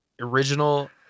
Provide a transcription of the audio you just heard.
original